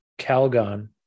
Calgon